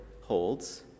holds